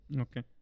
Okay